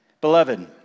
Beloved